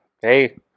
Hey